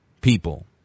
people